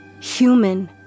Human